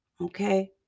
Okay